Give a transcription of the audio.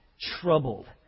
troubled